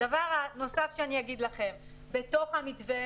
בתוך המתווה